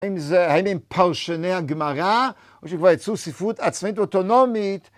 ‫האם הם פרשני הגמרא, ‫שכבר יצאו ספרות עצמת אוטונומית?